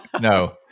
No